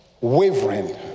wavering